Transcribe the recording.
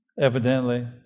evidently